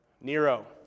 Nero